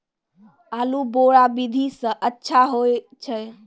आलु बोहा विधि सै अच्छा होय छै?